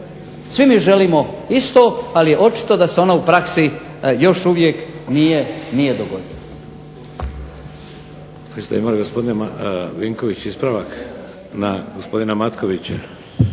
Svi mi želimo isto, ali očito da se ona u praksi još uvijek nije dogodila.